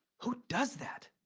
who does that?